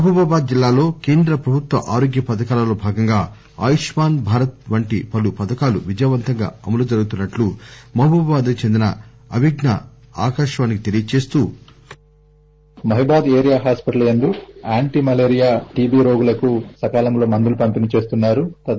మహబూబాబాద్ జిల్లాలో కేంద్ర ప్రభుత్వ ఆరోగ్య పథకాలలో భాగంగా ఆయుష్మాన్ భారత్ వంటి పలు పథకాలు విజయవంతంగా అమలు జరుగుతున్నట్టు మహబూబాబాద్ కు చెందిన అభిజ్స ఆకాశవాణికి తెలియజేస్తూ సౌండ్ బైట్